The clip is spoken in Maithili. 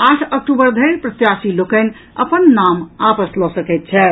आठ अक्टूबर धरि प्रत्याशी लोकनि अपन नाम आपस लऽ सकैत छथि